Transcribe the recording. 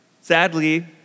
Sadly